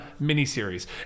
miniseries